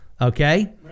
Okay